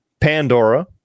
Pandora